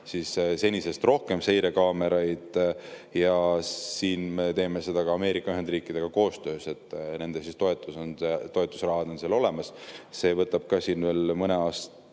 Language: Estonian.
senisest rohkem seirekaameraid. Ja seda me teeme ka Ameerika Ühendriikidega koostöös. Nende toetusraha on seal olemas. See võtab siin veel mõne aasta